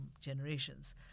generations